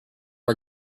are